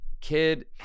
kid